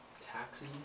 Taxi